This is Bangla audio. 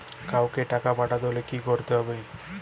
কাওকে টাকা পাঠাতে হলে কি করতে হবে?